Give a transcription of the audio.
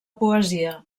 poesia